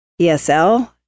ESL